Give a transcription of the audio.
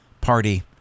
party